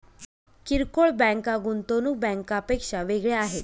किरकोळ बँका गुंतवणूक बँकांपेक्षा वेगळ्या आहेत